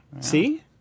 See